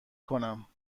کنم